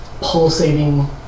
pulsating